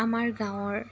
আমাৰ গাঁৱৰ